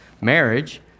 marriage